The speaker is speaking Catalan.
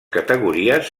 categories